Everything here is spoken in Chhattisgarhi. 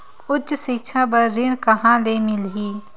उच्च सिक्छा बर ऋण कहां ले मिलही?